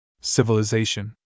civilization